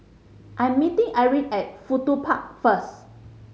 I'm meeting Irine at Fudu Park first